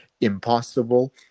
impossible